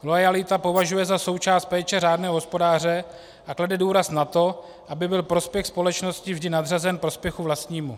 Loajalitu považuje za součást péče řádného hospodáře a klade důraz na to, aby byl prospěch společnosti vždy nadřazen prospěchu vlastnímu.